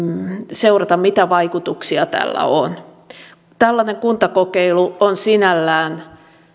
seurata mitä vaikutuksia tällä on tällainen kuntakokeilu on sinällään